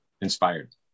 inspired